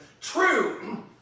True